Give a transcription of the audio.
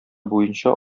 буенча